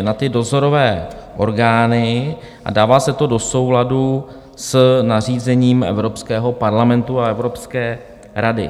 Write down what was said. na ty dozorové orgány a dává se to do souladu s nařízením Evropského parlamentu a Evropské rady.